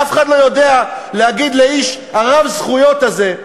אף אחד לא יודע להגיד לאיש רב-הזכויות הזה,